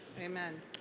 Amen